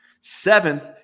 Seventh